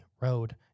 Road